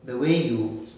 the way you